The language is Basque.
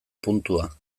puntua